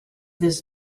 this